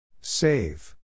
Save